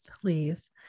please